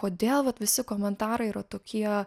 kodėl vat visi komentarai yra tokie